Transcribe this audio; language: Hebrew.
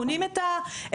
קונים את זה,